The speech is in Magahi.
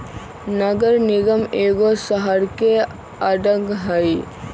नगर निगम एगो शहरके अङग हइ